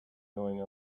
going